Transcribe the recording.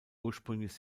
ursprünglich